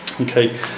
Okay